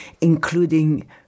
including